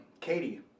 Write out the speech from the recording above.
Katie